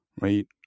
right